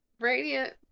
Radiant